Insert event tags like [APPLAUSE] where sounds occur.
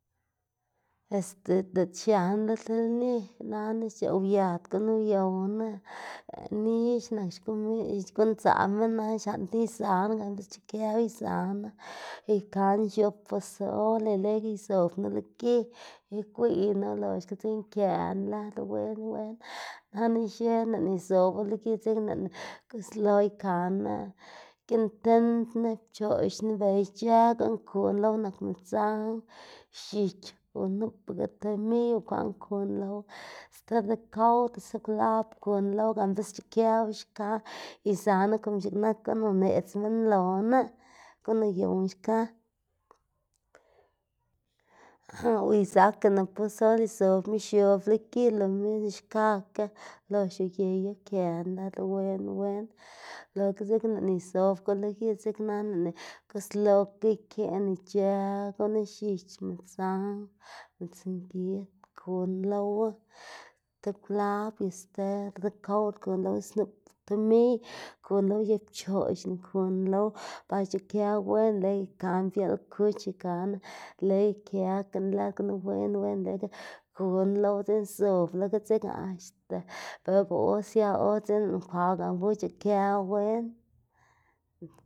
Este diꞌt xianá lo ti nli nana uyad gunu uyowná nix nak [UNINTELLIGIBLE] guꞌn dzaꞌ minn nana xlaꞌndná izaꞌnu gan be xc̲h̲ikëwu izaꞌnu ikaná x̱ob pozol y lego izobnu lo gi igwiynu loxga dzekna këná lëdu wen wen nana ixe lëꞌná izobu lo gi dzekna lëꞌná guslo ikaná giꞌn tindna, pchoꞌxna dela ic̲h̲ë guꞌn kuná lowa nak midzang, x̱ich o nupaga tomiy bukwaꞌn kuná lowa sti recaud, sti klab kuná lowa gan be sc̲h̲ikëwu xka izanu como x̱iꞌk nak guꞌn uneꞌdz minn loná, guꞌn uyowná xka, o izaꞌkana pozol izobná x̱ob lo gi lo mismo xkakga lox uyeyu këná lëdu wen wen lo ga dzekna lëꞌná izobgu lo dzeknana lëꞌná gusloka ikeꞌná ic̲h̲ë gunu x̱ich, midzang, midzngid kuná lowa ti klab y sti recaud kuná lowa snup tomiy kunu y pchoꞌxna kuná lowa pa ic̲h̲ikëwu wen leꞌy ikaná biaꞌl kuch ikaná leꞌy këgëná lëd gunu wen wen lega kuná lowa dzekna zobluga dzekna axta bela ba sia or dzekna lëꞌná kwagu gan be uc̲h̲ikëwu wen.